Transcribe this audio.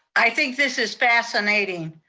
i think this is fascinating,